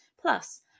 Plus